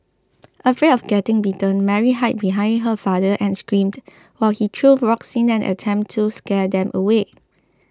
afraid of getting bitten Mary hid behind her father and screamed while he threw rocks in an attempt to scare them away